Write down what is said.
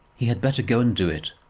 he had better go and do it.